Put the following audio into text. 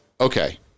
okay